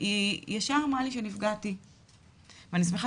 והיא ישר אמרה לי שנפגעתי ואני שמחה